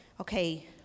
Okay